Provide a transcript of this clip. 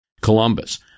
Columbus